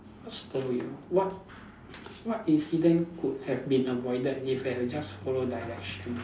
what story ah what what incident could have been avoided if you had just follow direction